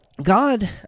God